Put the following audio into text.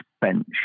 bench